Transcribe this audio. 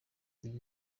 iri